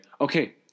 okay